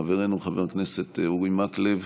חברנו חבר הכנסת אורי מקלב.